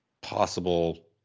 possible